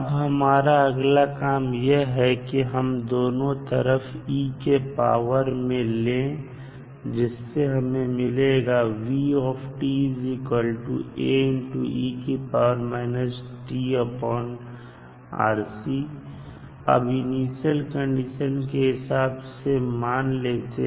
अब हमारा अगला काम यह है कि हम दोनों तरफ e के पावर में ले जिससे हमें मिलेगा अब इनिशियल कंडीशन के हिसाब से हम मान लेते हैं